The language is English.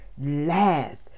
laugh